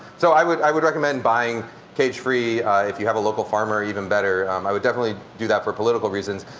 so i would i would recommend buying cage-free if you have a local farmer even better. i would definitely do that for political reasons.